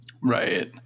Right